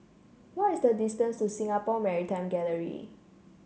why is the distance to Singapore Maritime Gallery